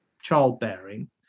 childbearing